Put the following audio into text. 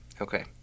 Okay